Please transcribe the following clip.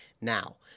Now